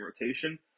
rotation